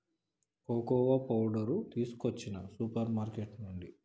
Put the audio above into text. cocoa powder తీసుకొచ్చిన supermarket నుండి